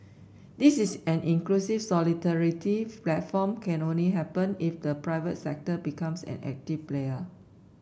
this is an inclusive solidarity platform can only happen if the private sector becomes an active player